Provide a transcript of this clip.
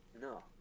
No